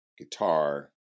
guitar